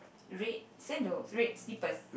red sandals red slippers